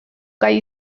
gai